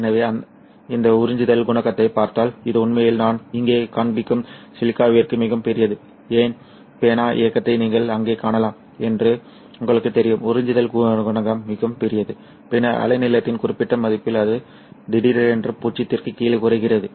எனவே இந்த உறிஞ்சுதல் குணகத்தைப் பார்த்தால் இது உண்மையில் நான் இங்கே காண்பிக்கும் சிலிக்காவிற்கு மிகவும் பெரியது என் பேனா இயக்கத்தை நீங்கள் அங்கே காணலாம் என்று உங்களுக்குத் தெரியும் உறிஞ்சுதல் குணகம் மிகவும் பெரியது பின்னர் அலைநீளத்தின் குறிப்பிட்ட மதிப்பில் அது திடீரென்று பூஜ்ஜியத்திற்கு கீழே குறைகிறது